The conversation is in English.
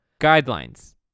guidelines